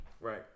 right